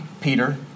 Peter